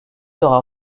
sera